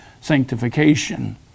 sanctification